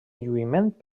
lluïment